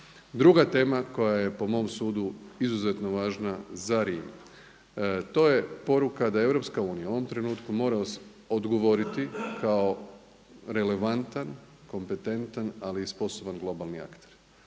Druga tema koja je po mom sudu izuzetno važna za Rim, to je poruka da EU u ovom trenutku mora odgovoriti kao relevantan, kompetentan ali i sposoban globalni akt.